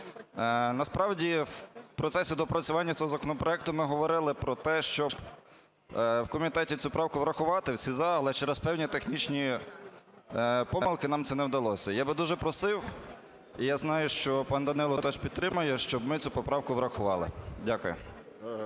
Насправді в процесі доопрацювання цього законопроекту ми говорили про те, щоб в комітеті цю правку врахувати. Всі – за, але через певні технічні помилки нам це не вдалося. Я би дуже просив, я знаю, що пан Данило теж підтримує, щоб ми цю поправку врахували. Дякую.